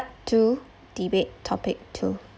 two debate topic two